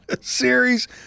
series